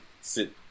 sit